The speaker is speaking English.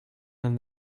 and